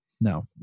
no